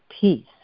peace